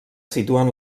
situen